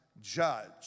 judge